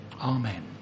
Amen